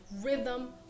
rhythm